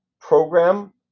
program